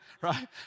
right